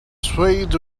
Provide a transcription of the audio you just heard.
swayed